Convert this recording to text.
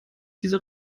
dieser